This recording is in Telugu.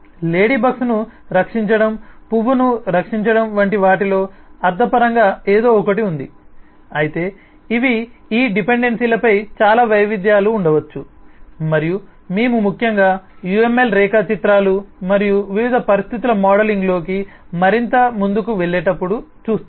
లేడీబగ్స్ను రక్షించడం పువ్వును రక్షించడం వంటి వాటిలో అర్థపరంగా ఏదో ఒకటి ఉంది అయితే ఇవి ఈ డిపెండెన్సీలపై చాలా వైవిధ్యాలు ఉండవచ్చు మరియు మేము ముఖ్యంగా UML రేఖాచిత్రాలు మరియు వివిధ పరిస్థితుల మోడలింగ్లోకి మరింత ముందుకు వెళ్ళేటప్పుడు చూస్తాము